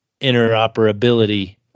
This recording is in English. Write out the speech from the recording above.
interoperability